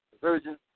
virgin